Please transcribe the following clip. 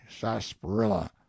sarsaparilla